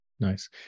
Nice